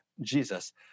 Jesus